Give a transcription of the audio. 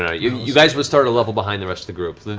and you you guys would start a level behind the rest of the group.